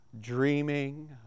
dreaming